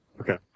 Okay